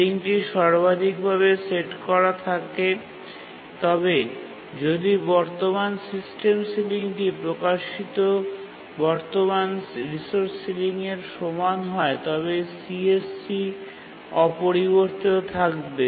সিলিংটি সর্বাধিক ভাবে সেট করা থাকে তবে যদি বর্তমান সিস্টেম সিলিংটি প্রকাশিত বর্তমান রিসোর্স সিলিংয়ের সমান হয় তবে CSC অপরিবর্তিত থাকবে